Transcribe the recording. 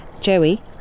Joey